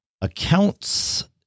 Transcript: accounts